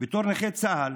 בתור נכה צה"ל